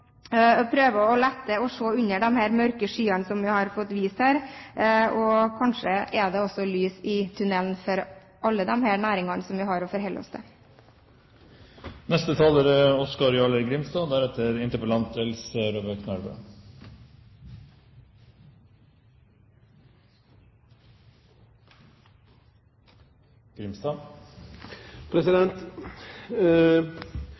prøve å se under de mørke skyene som vi har hørt om her, og kanskje er det også lys i tunnelen for alle disse næringene som vi har å forholde oss til.